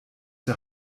der